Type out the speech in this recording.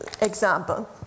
example